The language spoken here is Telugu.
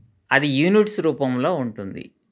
అది యూనిట్స్ రూపంలో ఉంటుంది